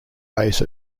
base